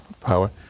power